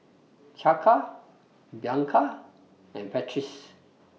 Chaka Bianca and Patrice